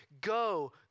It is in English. go